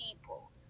people